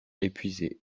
épuisé